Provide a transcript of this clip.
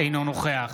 אינו נוכח